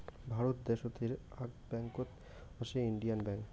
ভারত দ্যাশোতের আক ব্যাঙ্কত হসে ইন্ডিয়ান ব্যাঙ্ক